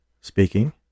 Speaking